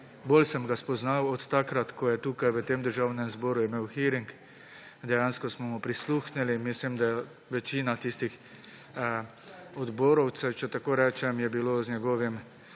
bolj sem ga spoznal takrat, ko je tukaj v Državnem zboru imel hearing, dejansko smo mu prisluhnili in mislim, da večina tistih odborovcev, če tako rečem, je bilo z njegovo